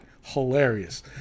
Hilarious